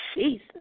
Jesus